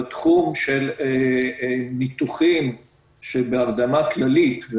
בתחום של ניתוחים שבהרדמה כללית,